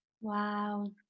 Wow